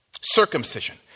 circumcision